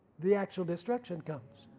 the actual destruction comes.